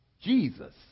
Jesus